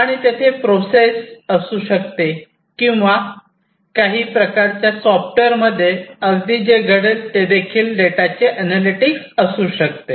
आणि तेथे प्रोसेस असू शकते किंवा काही प्रकारच्या सॉफ्टवेअरमध्ये अगदी जे घडेल ते देखील डेटाचे अनॅलिटिक्स असू शकते